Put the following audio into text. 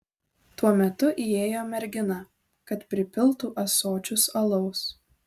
tuo metu įėjo mergina kad pripiltų ąsočius alaus